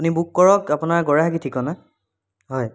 আপুনি বুক কৰক আপোনাৰ গড়েহাগি ঠিকনা হয়